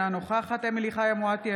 אינה נוכחת אמילי חיה מואטי,